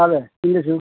हजुर सुन्दैछु